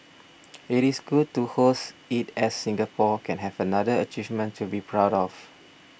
it is good to host it as Singapore can have another achievement to be proud of